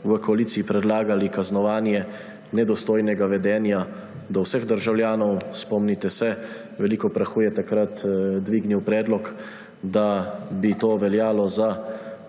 v koaliciji predlagali kaznovanje nedostojnega vedenja do vseh državljanov. Spomnite se, veliko prahu je takrat dvignil predlog, da bi to veljalo za